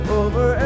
over